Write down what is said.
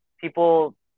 people